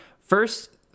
First